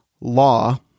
law